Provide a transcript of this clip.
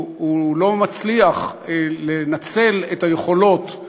הוא לא מצליח לנצל את היכולות,